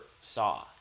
saw